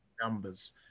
numbers